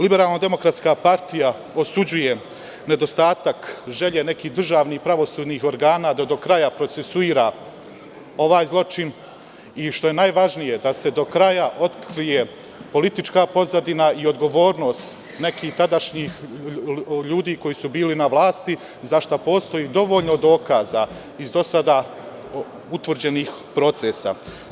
Liberalno demokratska partija osuđuje nedostatak želje nekih državnih pravosudnih organa da do kraja procesuiraju ovaj zločin i što je najvažnije da se do kraja otkrije politička pozadina i odgovornost nekih tadašnjih ljudi koji su bili na vlasti za šta postoji dovoljno dokaza iz do sada utvrđenih procesa.